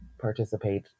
participate